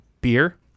beer